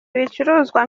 ibicuruzwa